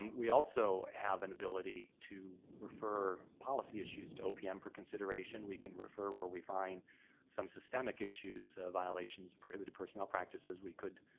we also have an ability to refer policy issues to opm for consideration. we can refer where we find some systemic issues, violations, prohibitive personnel practices. we could